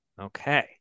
okay